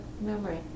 memory